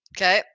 Okay